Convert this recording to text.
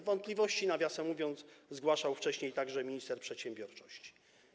Wątpliwości, nawiasem mówiąc, zgłaszał wcześniej także minister przedsiębiorczości.